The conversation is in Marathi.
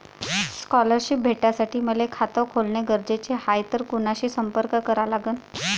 स्कॉलरशिप भेटासाठी मले खात खोलने गरजेचे हाय तर कुणाशी संपर्क करा लागन?